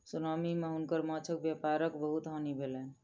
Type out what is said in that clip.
tsunami मे हुनकर माँछक व्यापारक बहुत हानि भेलैन